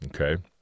Okay